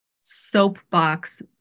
soapbox